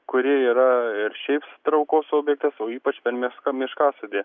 kuri yra ir šaip traukos objektas o ypač per mišką miškasodį